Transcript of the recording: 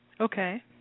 Okay